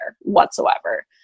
whatsoever